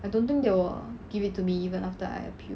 I don't think they will give it to me even after I appeal